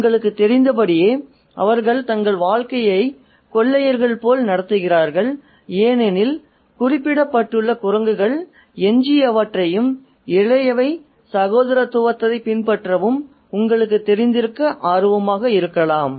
உங்களுக்குத் தெரிந்தபடியே அவர்கள் தங்கள் வாழ்க்கையை "கொள்ளையர்கள்" போல் நடத்துகிறார்கள் ஏனெனில் குறிப்பிடப்பட்டுள்ள குரங்குகள் எஞ்சியவற்றையும்இளையவை சகோதரத்துவத்தைப் பின்பற்றவும் உங்களுக்குத் தெரிந்திருக்க ஆர்வமாக உள்ளது